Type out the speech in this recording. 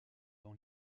dans